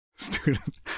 Student